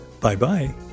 Bye-bye